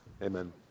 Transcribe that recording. Amen